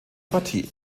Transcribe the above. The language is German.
partie